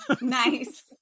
Nice